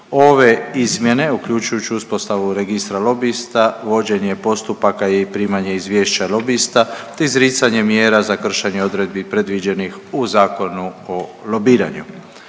Ove izmjene uključujući uspostavu registra lobista, vođenje postupaka i primanje izvješća lobista, te izricanje mjera za kršenje odredbi predviđenih u Zakonu o lobiranju.